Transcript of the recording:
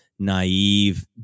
naive